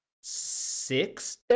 six